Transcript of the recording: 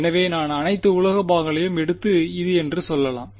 எனவே நான் அனைத்து உலோக பாகங்களையும் எடுத்து இது என்று சொல்லலாம்